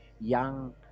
Young